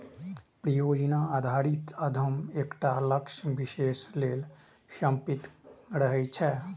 परियोजना आधारित उद्यम एकटा लक्ष्य विशेष लेल समर्पित रहै छै